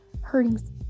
hurting